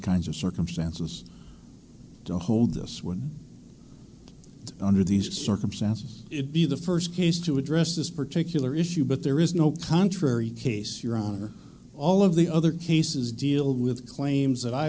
kinds of circumstances to hold this one under these circumstances it be the first case to address this particular issue but there is no contrary case your honor all of the other cases deal with claims that i